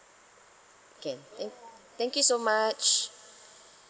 can thank thank you so much